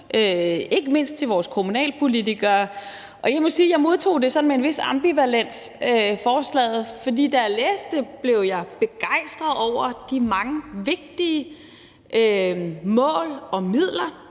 ikke mindst til vores kommunalpolitikere. Jeg må sige, at jeg modtog forslaget sådan med en vis ambivalens, for da jeg læste det, blev jeg begejstret over de mange vigtige mål og midler,